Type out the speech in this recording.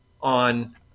on